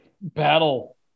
battle